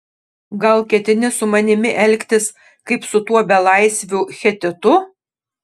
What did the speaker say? gal ketini su manimi elgtis kaip su tuo belaisviu hetitu